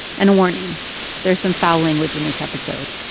and a warning there's some foul language in this episode.